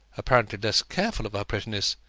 apparently less careful of her prettiness,